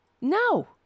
No